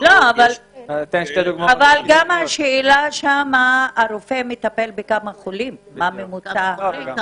וגם השאלה היא בכמה חולים הרופא מטפל במשמרת.